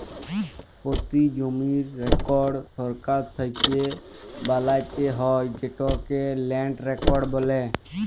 পতি জমির রেকড় সরকার থ্যাকে বালাত্যে হয় যেটকে ল্যান্ড রেকড় বলে